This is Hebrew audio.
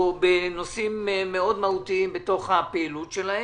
בנושאים מהותיים מאוד בתוך הפעילות שלהם.